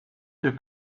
the